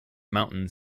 mountain